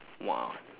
one